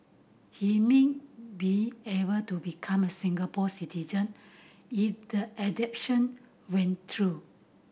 he mean be able to become a Singapore citizen if the adoption went through